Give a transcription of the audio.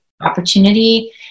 opportunity